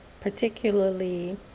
particularly